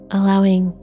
Allowing